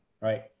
right